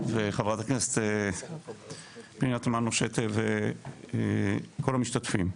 וחברת הכנסת פנינה תמנו-שטה, וכל המשתתפים.